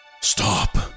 Stop